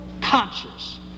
conscious